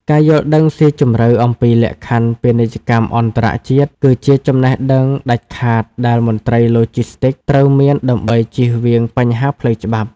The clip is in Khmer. ការយល់ដឹងស៊ីជម្រៅអំពីលក្ខខណ្ឌពាណិជ្ជកម្មអន្តរជាតិ គឺជាចំណេះដឹងដាច់ខាតដែលមន្ត្រីឡូជីស្ទីកត្រូវមានដើម្បីជៀសវាងបញ្ហាផ្លូវច្បាប់។